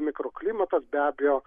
mikroklimatas be abejo